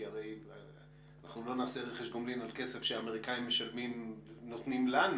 כי הרי אנחנו לא נעשה רכש גומלין על כסף שהאמריקאים נותנים לנו,